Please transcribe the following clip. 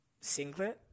singlet